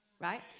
right